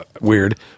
weird